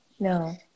No